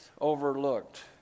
overlooked